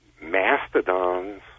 mastodons